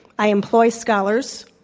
i employ scholars.